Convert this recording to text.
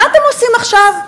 מה אתם עושים עכשיו?